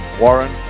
Warren